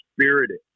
spirited